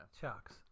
Chucks